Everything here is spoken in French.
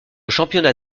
championnat